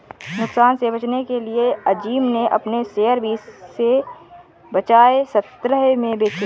नुकसान से बचने के लिए अज़ीम ने अपने शेयर बीस के बजाए सत्रह में बेचे